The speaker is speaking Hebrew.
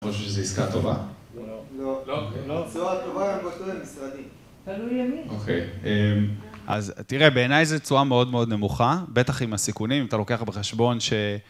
חושבים שזו עסקה טובה? לא. לא? לא. תשואה טובה (???) משרדי(?). תלוי למי. אוקיי. אז תראה, בעיני זה תשואה מאוד מאוד נמוכה, בטח עם הסיכונים, אם אתה לוקח בחשבון ש...